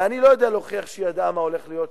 ואני לא יודע להוכיח שהיא ידעה מה הולך להיות שם,